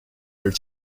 their